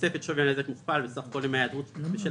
בתוספת שווי הנזק מוכפל בסך כל ימי ההיעדרות בשל